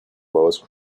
lowest